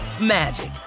magic